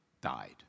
died